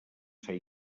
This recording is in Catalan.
ser